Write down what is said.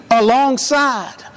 alongside